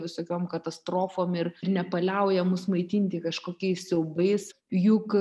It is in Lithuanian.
visokiom katastrofom ir ir nepaliauja mus maitinti kažkokiais siaubais juk